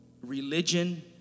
religion